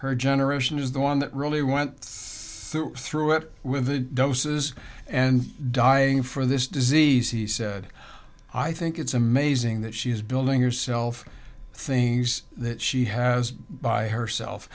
her generation is the one that really went through it with doses and dying for this disease she said i think it's amazing that she's building herself things that she has by herself